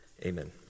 amen